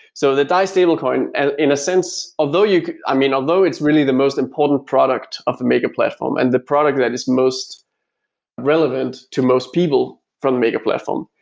so the dai stablecoin in a sense, although yeah i mean, although it's really the most important product of the maker platform and the product that is most relevant to most people from the maker platform,